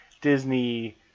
Disney